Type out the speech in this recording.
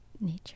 Nature